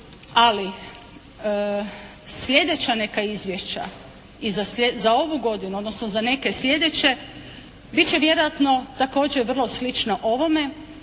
Ali, slijedeća neka izvješća i za ovu godinu odnosno za neke slijedeće bit će vjerojatno također vrlo slično ovome